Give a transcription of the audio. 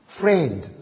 friend